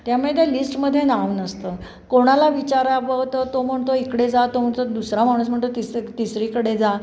त्यामुळे त्या लिस्टमध्ये नाव नसतं कोणाला विचारावं तर तो म्हणतो इकडे जा तो म्हणतो दुसरा माणूस म्हणतो तिस तिसरीकडे जा